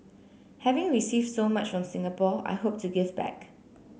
having received so much from Singapore I hope to give back